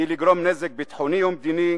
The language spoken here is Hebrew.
והיא לגרום נזק ביטחוני ומדיני